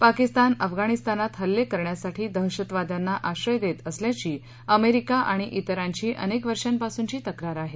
पाकिस्तान अफगाणिस्तानात हल्ले करण्यासाठी दहशतवाद्यांना आश्रय देत असल्याची अमेरिका आणि इतरांची अनेक वर्षांपासूनची तक्रार आहे